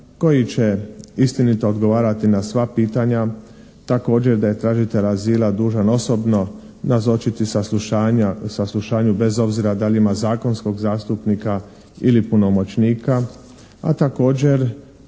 koji će istinito odgovarati na sva pitanja. Također da je tražitelj azila dužan osobno nazočiti saslušanju bez obzira da li ima zakonskog zastupnika ili punomoćnika, a također